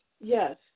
yes